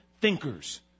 thinkers